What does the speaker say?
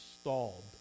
stalled